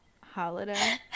holiday